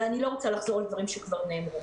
ואני לא רוצה לחזור על דברים שכבר נאמרו.